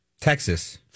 Texas